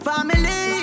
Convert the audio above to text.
Family